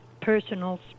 personal